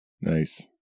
Nice